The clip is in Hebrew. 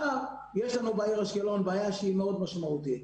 יש לנו בעיר אשקלון בעיה שהיא מאוד משמעותית.